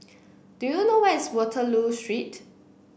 do you know where is Waterloo Street